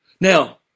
Now